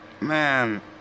man